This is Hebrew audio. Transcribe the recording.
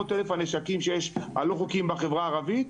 שעומד על כ- 400 אלף הנשקים לא חוקיים בחברה הערבית,